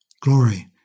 Glory